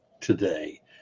today